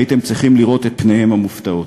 הייתם צריכים לראות את פניהם המופתעות.